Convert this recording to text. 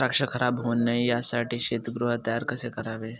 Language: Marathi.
द्राक्ष खराब होऊ नये यासाठी शीतगृह तयार कसे करावे?